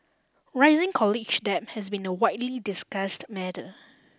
rising college debt has been a widely discussed matter